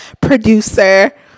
producer